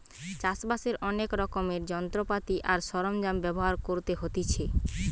চাষ বাসের অনেক রকমের যন্ত্রপাতি আর সরঞ্জাম ব্যবহার করতে হতিছে